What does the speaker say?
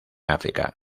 áfrica